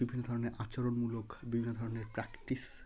বিভিন্ন ধরনের আচরণমূলক বিভিন্ন ধরনের প্র্যাকটিস